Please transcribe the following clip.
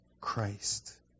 Christ